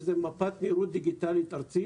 שזה מפת מהירות דיגיטלית ארצית.